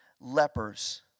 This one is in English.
Lepers